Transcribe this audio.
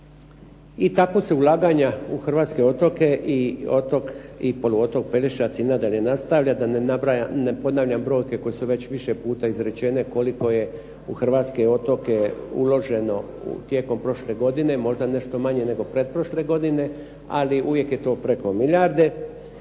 I tako se ulaganja u hrvatske otoke i poluotok Pelješac i nadalje nastavlja da ne ponavljam brojke koje su već više puta izrečene koliko je u hrvatske otoke uloženo tijekom prošle godine. Možda nešto manje nego pretprošle godine, ali uvijek je to preko milijarde.